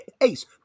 Ace